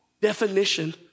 definition